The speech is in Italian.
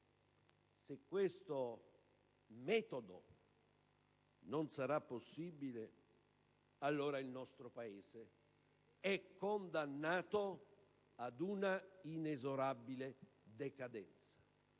Se questo metodo non sarà possibile allora il nostro Paese è condannato ad una inesorabile decadenza.